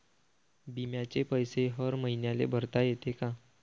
बिम्याचे पैसे हर मईन्याले भरता येते का?